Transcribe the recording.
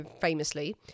famously